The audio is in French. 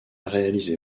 réalisé